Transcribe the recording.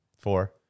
four